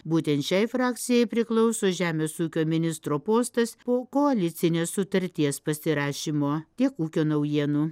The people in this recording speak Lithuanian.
būtent šiai frakcijai priklauso žemės ūkio ministro postas po koalicinės sutarties pasirašymo tiek ūkio naujienų